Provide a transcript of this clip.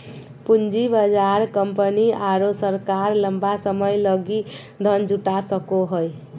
पूँजी बाजार कंपनी आरो सरकार लंबा समय लगी धन जुटा सको हइ